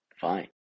Fine